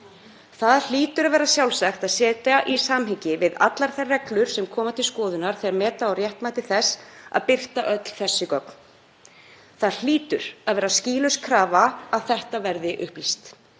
Það hlýtur að vera sjálfsagt að setja það í samhengi við allar þær reglur sem koma til skoðunar þegar meta á réttmæti þess að birta öll þessi gögn. Það hlýtur að vera skýlaus krafa að þetta verði upplýst,